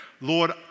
Lord